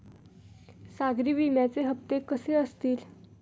सागरी विम्याचे हप्ते कसे असतील?